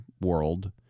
world